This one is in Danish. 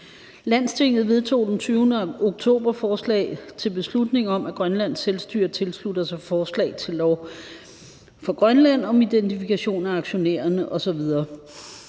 Landstinget vedtog den 20. oktober forslag til beslutning om, at Grønlands selvstyre tilslutter sig forslag til lov for Grønland om identifikation af aktionærer osv.